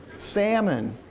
salmon.